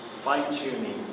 fine-tuning